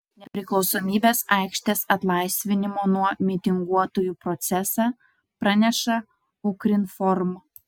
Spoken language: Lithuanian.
nepriklausomybės aikštės atlaisvinimo nuo mitinguotojų procesą praneša ukrinform